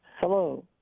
Hello